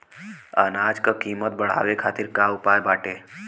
अनाज क कीमत बढ़ावे खातिर का उपाय बाटे?